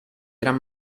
gran